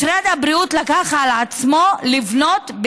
משרד הבריאות לקח על עצמו לבנות,